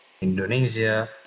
Indonesia